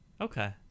Okay